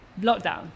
Lockdown